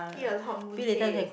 eat a lot mooncake